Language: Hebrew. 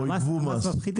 או ייגבו מס.